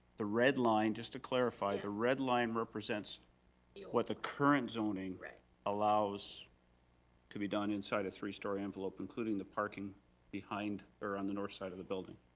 the red line, just to clarify, the red line represents yeah what the current zoning allows to be done inside a three story envelope, including the parking behind or on the north side of the building.